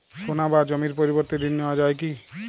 সোনা বা জমির পরিবর্তে ঋণ নেওয়া যায় কী?